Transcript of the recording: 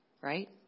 Right